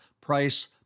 price